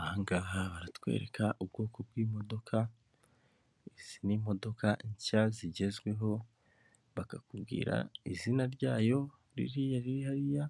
Ahangaga baratwereka ubwoko bw'imodoka izi ni imodoka nshya zigezweho bakakubwira izina ryayo ririya riri hariya